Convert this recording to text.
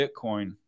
Bitcoin